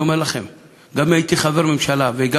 ואני אומר לכם שגם אם הייתי חבר בממשלה וגם